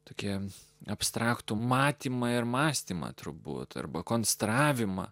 tokiems abstraktų matymą ir mąstymą turbūt arba konstravimą